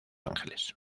ángeles